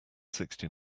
sixty